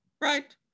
right